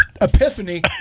epiphany